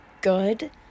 good